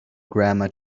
grandma